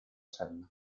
sella